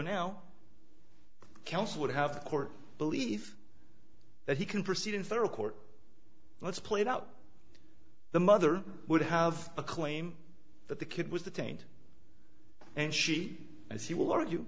counsel would have court believe that he can proceed in federal court let's play it out the mother would have a claim that the kid was detained and she as he will argue